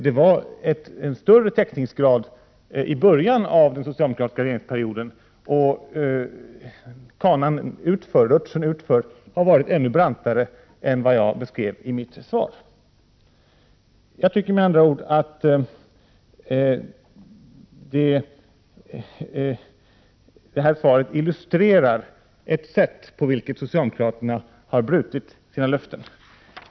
Det var alltså en större täckningsgrad i början av den socialdemokratiska regeringsperioden, och rutschningen utför har varit ännu brantare än vad jag beskrev i min interpellation. Jag tycker alltså att det här svaret illustrerar det sätt på vilket socialdemokraterna har brutit sina löften.